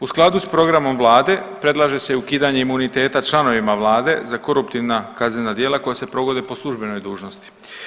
U skladu sa programom Vlade predlaže se ukidanje imuniteta članovima Vlade za koruptivna kaznena djela koja se provode po službenoj dužnosti.